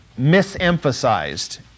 misemphasized